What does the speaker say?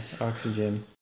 oxygen